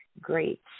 great